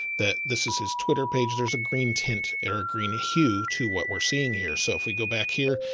that this is his twitter page. there's a green tint and or a green hue to what we're seeing here. so if we go back here,